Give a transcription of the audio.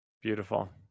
Beautiful